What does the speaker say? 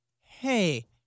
Hey